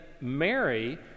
Mary